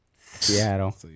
Seattle